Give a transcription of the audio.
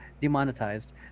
demonetized